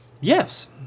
Yes